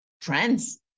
trends